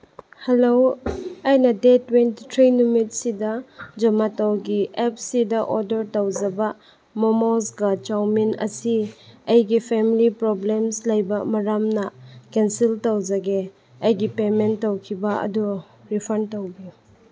hello ꯑꯩꯅ date twenty three ꯅꯨꯃꯤꯠꯁꯤꯗ ꯖꯣꯃꯥꯇꯣꯒꯤ ꯑꯦꯞꯁꯤꯗ ꯑꯣꯔꯗꯔ ꯇꯧꯖꯕ ꯃꯣꯃꯣꯁꯀ ꯆꯧꯃꯤꯟ ꯑꯁꯤ ꯑꯩꯒꯤ ꯐꯦꯝꯂꯤ ꯄ꯭ꯔꯣꯕ꯭ꯂꯦꯝꯁ ꯂꯩꯕ ꯃꯔꯝꯅ ꯀꯦꯟꯁꯦꯜ ꯇꯧꯖꯒꯦ ꯑꯩꯒꯤ ꯄꯦꯃꯦꯟ ꯇꯧꯈꯤꯕ ꯑꯗꯣ ꯔꯤꯐꯟ ꯇꯧꯕꯤꯌꯣ